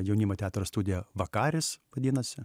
jaunimo teatro studija vakaris vadinosi